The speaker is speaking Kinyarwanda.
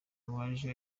waje